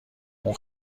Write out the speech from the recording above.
اون